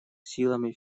силами